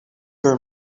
her